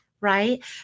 right